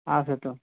ଆସେ ତୁ